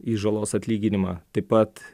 į žalos atlyginimą taip pat